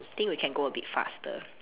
think we can go a bit faster